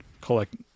collect